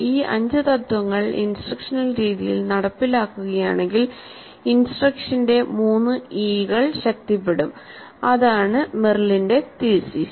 ഈ അഞ്ച് തത്ത്വങ്ങൾ ഇൻസ്ട്രക്ഷണൽ രീതിയിൽ നടപ്പിലാക്കുകയാണെങ്കിൽ ഇൻസ്ട്രക്ഷന്റെ മൂന്ന് ഇ E കൾ ശക്തിപ്പെടുത്തും അതാണ് മെറിലിന്റെ തീസിസ്